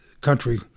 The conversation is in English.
country